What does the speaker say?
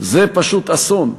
זה פשוט אסון.